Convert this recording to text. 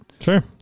Sure